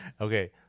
okay